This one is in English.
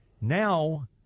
now